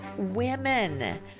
Women